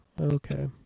Okay